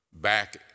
back